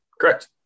Correct